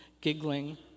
giggling